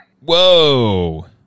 Whoa